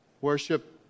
Worship